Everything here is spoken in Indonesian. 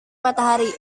matahari